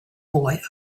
boy